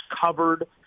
covered